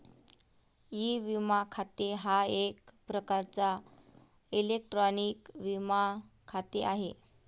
E विमा खाते हा एक प्रकारचा इलेक्ट्रॉनिक विमा खाते आहे